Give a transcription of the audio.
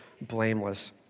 blameless